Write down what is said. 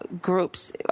groups